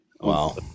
Wow